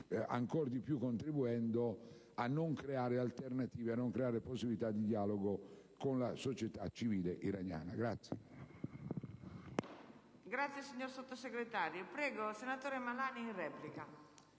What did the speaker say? ancor di più contribuendo a non creare alternative e possibilità di dialogo con la società civile iraniana.